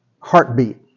heartbeat